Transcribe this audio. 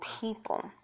people